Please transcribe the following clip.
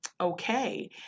okay